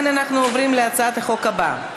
אנחנו עוברים להצעת החוק הבאה,